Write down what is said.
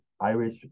Irish